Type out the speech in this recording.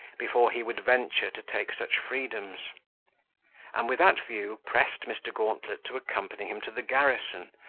before he would venture to take such freedoms and with that view pressed mr. gauntlet to accompany him to the garrison,